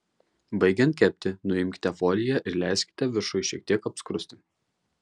baigiant kepti nuimkite foliją ir leiskite viršui šiek tiek apskrusti